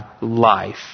life